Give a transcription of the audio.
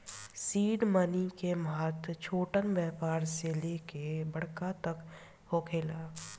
seed money के महत्व छोटहन व्यापार से लेके बड़का तक होखेला